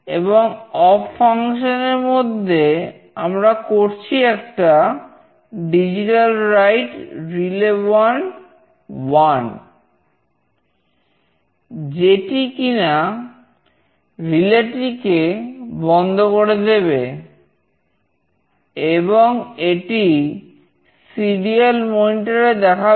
এবং এটি "rly" কেও শূন্য করে দেবে